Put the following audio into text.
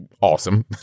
awesome